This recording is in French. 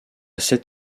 sept